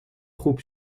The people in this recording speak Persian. خوب